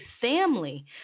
family